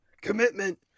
commitment